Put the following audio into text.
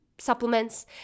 supplements